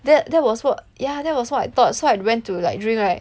that that was what ya that was what I thought so I went to like drink right